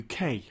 uk